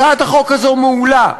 הצעת החוק הזו מעולה.